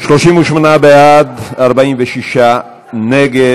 ומעמד היילוד) (תיקון,